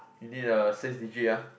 you need a six digit ah